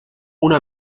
una